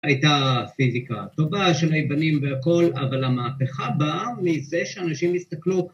הייתה פיזיקה טובה של היוונים והכל, אבל המהפכה באה מזה שאנשים הסתכלו